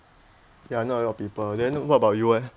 ya not a lot of people then what about you eh